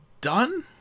done